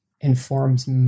informs